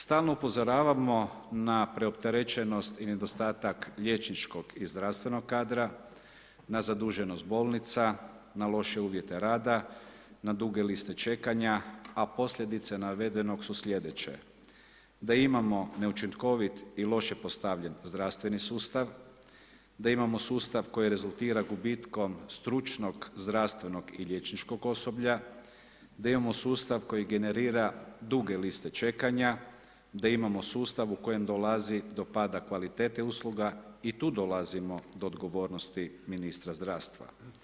Stalno upozoravamo na preopterećenost i nedostatak liječničkog i zdravstvenog kadra, na zaduženost bolnica, na loše uvjete rada, na duge liste čekanja, a posljedice navedenog su slijedeće: da imamo neučinkovit i loše postavljen zdravstveni sustav, da imamo sustav koji rezultira gubitkom stručnog zdravstvenog i liječničkog osoblja, da imamo sustav koji generira duge liste čekanja, da imamo sustav u kojem dolazi do pada kvalitete usluga i tu dolazimo do odgovornosti ministra zdravstva.